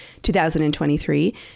2023